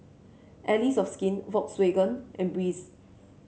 Allies of Skin Volkswagen and Breeze